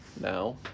now